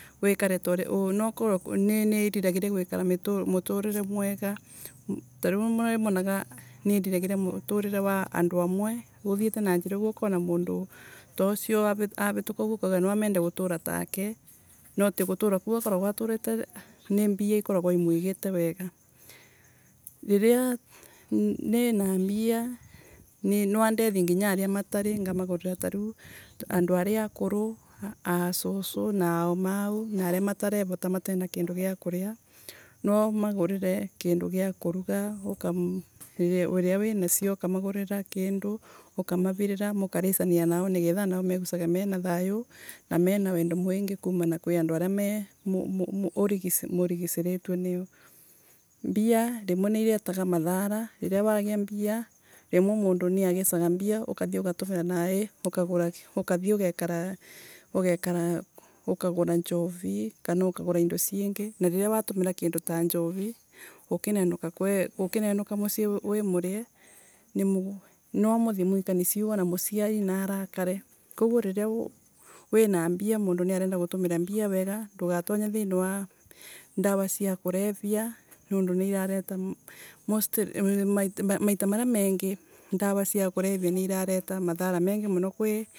Ni niriragiria guikara mi muturire mwega ni monaga nindiragiria muture wa andu amwe, utheita na njira uguo mundu toxio avituka uguo akaugo na mende gutuura take. No atii gutura kuu akoragwa aturite nii mbia ikoragwa imwigiite wega. Riria ninambia nwandethia aria matarii ngimagurira aria matari ngamaguria tariu andu akuru aasoso na aaumau na aria matarevota aria matena kindu gia kuria nomagurire kindu gia kuruga ukam riria wina cio ukamagurira kindu ukamavirira nao nigetha anao megucage mena thayu, na mena wendo mwingi kumana kwi aria meme urigiciritue nio. Mbia rimwe niiretaga madhara. Riria wagia mbia rimwe mundu niagicaga ugatumira nae ukathie ugekara ugekara ukagura njovi kana ukagura indo ciiingi, na riria watumira kindu ta njovi ukinenuka kwe ukinenuka mucii wi murie, na muthie mwikanie ciugo na muciari na arakare. Koguo riria wina mbia mundu niarenda gutumira mbia wega ndugatonye thiini wa dawa cia kulevya nundu niarareta m. mostly maita maria mengi dawa cia kulevya ni irareta madhara mengi muno muno kwii